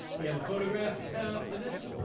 we have a photograph for this?